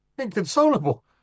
Inconsolable